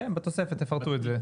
בתוספת תפרטו את זה.